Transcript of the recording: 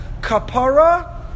kapara